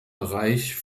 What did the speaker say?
bereich